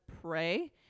pray